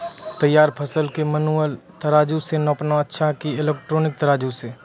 तैयार फसल के मेनुअल तराजु से नापना अच्छा कि इलेक्ट्रॉनिक तराजु से?